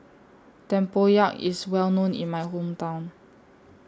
Tempoyak IS Well known in My Hometown